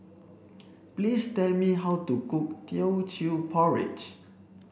please tell me how to cook teochew porridge